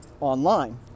online